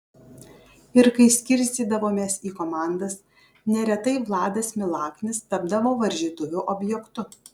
ir kai skirstydavomės į komandas neretai vladas milaknis tapdavo varžytuvių objektu